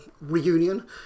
reunion